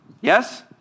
Yes